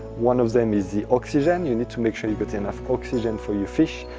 one of them is the oxygen. you need to make sure you get enough oxygen for your fish.